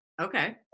Okay